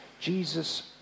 Jesus